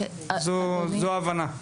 זו ההבנה.